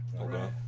Okay